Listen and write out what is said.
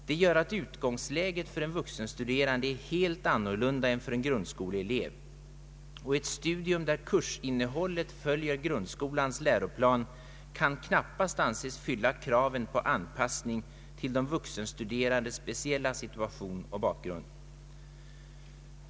Det gör att utgångsläget för en vuxenstuderande är helt annorlunda än för en grundskoleelev, och ett studium där kursinnehållet följer grundskolans läroplan kan knappast anses fylla kraven på anpassning till de vuxenstuderandes speciella situation och bakgrund.